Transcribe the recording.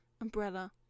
umbrella